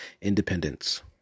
Independence